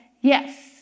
Yes